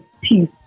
peace